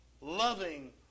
loving